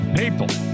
people